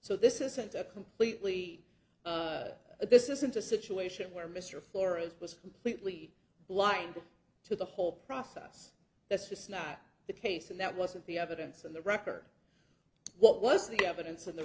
so this isn't a completely this isn't a situation where mr flores was completely blind to the whole process that's just not the case and that wasn't the evidence in the record what was the evidence in the